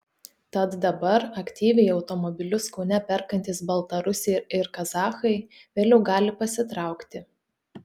tad dabar aktyviai automobilius kaune perkantys baltarusiai ir kazachai vėliau gali pasitraukti